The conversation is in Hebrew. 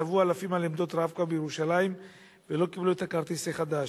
צבאו אלפים על עמדות "רב-קו" בירושלים ולא קיבלו את הכרטיס החדש.